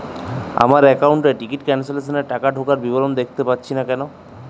আমার একাউন্ট এ ticket cancellation এর টাকা ঢোকার বিবরণ দেখতে পাচ্ছি না কেন?